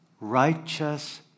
righteous